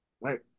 right